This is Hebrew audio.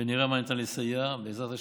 ונראה במה אפשר לסייע, בעזרת השם.